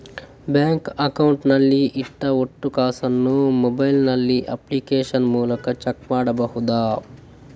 Bank account ನಲ್ಲಿ ಇಟ್ಟ ಒಟ್ಟು ಕಾಸನ್ನು ಮೊಬೈಲ್ ನಲ್ಲಿ ಅಪ್ಲಿಕೇಶನ್ ಮೂಲಕ ಚೆಕ್ ಮಾಡಬಹುದಾ?